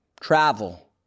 Travel